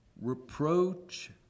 reproach